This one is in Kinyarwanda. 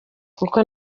kuko